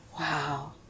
Wow